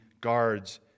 guards